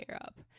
up